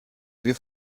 wir